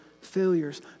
failures